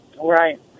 Right